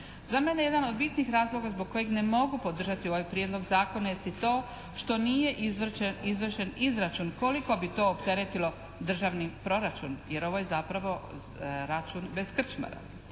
Za mene jedan od bitnih razloga zbog kojeg ne mogu podržati ovaj prijedlog zakona jest i to što nije izvršen izračun koliko bi to opteretilo državni proračun, jer ovo je zapravo račun bez krčmara.